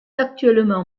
actuellement